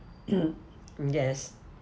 mm yes